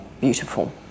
beautiful